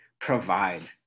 provide